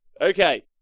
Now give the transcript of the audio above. Okay